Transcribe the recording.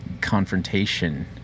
confrontation